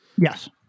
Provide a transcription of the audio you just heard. Yes